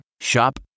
Shop